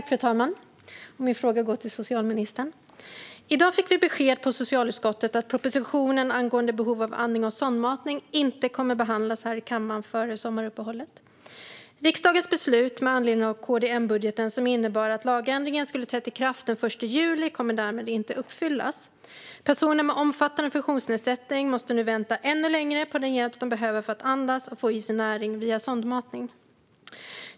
Fru talman! Min fråga går till socialministern. I dag fick vi besked i socialutskottet om att propositionen angående behov av hjälp med andning och sondmatning inte kommer att behandlas i kammaren före sommaruppehållet. Riksdagens beslut med anledning av KD-M-budgeten som innebar att lagändringen skulle ha trätt i kraft den 1 juli kommer därmed inte att uppfyllas. Personer med omfattande funktionsnedsättning måste nu vänta ännu längre på den hjälp de behöver för att andas och få i sig näring via sondmatning.